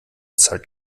zahlt